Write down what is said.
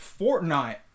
Fortnite